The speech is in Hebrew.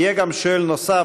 יהיה גם שואל נוסף,